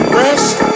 rest